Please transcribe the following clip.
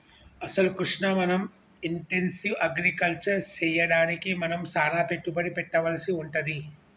అసలు కృష్ణ మనం intensive agriculture సెయ్యడానికి మనం సానా పెట్టుబడి పెట్టవలసి వుంటది